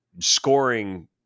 scoring